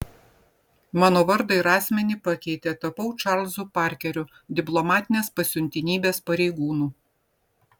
mano vardą ir asmenį pakeitė tapau čarlzu parkeriu diplomatinės pasiuntinybės pareigūnu